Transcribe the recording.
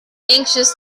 anxious